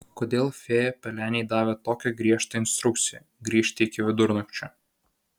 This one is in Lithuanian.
kodėl fėja pelenei davė tokią griežtą instrukciją grįžti iki vidurnakčio